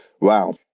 wow